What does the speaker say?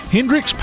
Hendrix